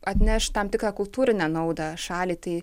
atneš tam tikrą kultūrinę naudą šaliai tai